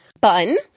Bun